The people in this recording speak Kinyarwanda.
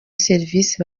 serivisi